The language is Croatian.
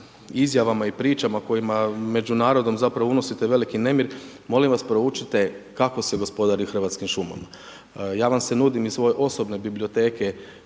izjavama i pričama kojima među narodom zapravo unosite veliki nemir, molim vas proučite kako se gospodari Hrvatskim šumama. Ja vam se nudim iz svoje osobne biblioteke